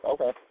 Okay